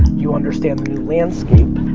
you understand the new landscape,